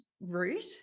route